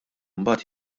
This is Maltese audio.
mbagħad